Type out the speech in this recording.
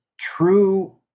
true